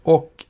Och